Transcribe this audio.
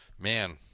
Man